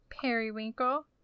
Periwinkle